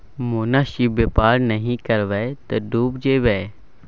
मोनासिब बेपार नहि करब तँ डुबि जाएब